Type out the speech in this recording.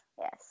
yes